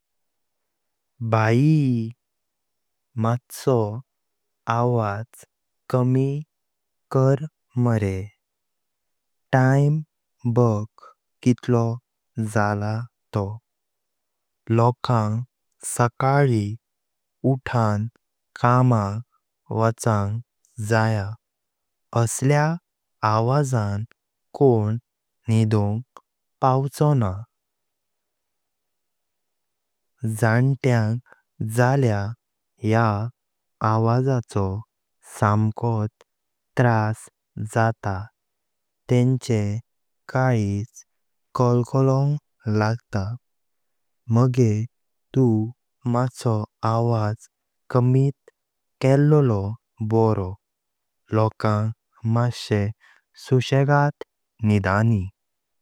भाई! मत्सो आवाज कवी कर मरे, टाइम बाग कितलो झाला तोह, लोकांक सकाळी उठण कामांग वोचांग जाय असल्या आवाजान कोन निदांग पावचोना। जणत्यांग झाल्या ह्या आवाजचो समकोट त्रास जाता तेंचे कळीज कलकलों लगता। मगे तूं मत्सो आवाज कमीत केल्लो बारो, लोकांग माते सुसदगात निदांनी।